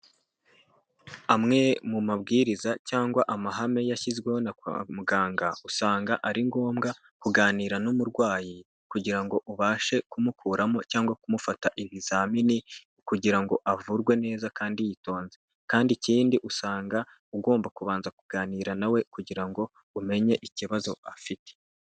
Amwe mu mabwiriza cyangwa amahame yashyizweho no kwa muganga, usanga ari ngombwa kuganira n'umurwayi kugira ngo ubashe kumukuramo cyangwa kumufata ibizamini, kugira ngo avurwe neza kandi yitonze, kandi ikindi usanga ugomba kubanza kuganira nawe we kugira ngo umenye ikibazo afite.